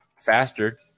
Faster